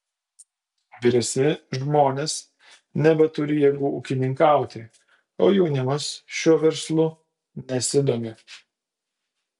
vyresni žmonės nebeturi jėgų ūkininkauti o jaunimas šiuo verslu nesidomi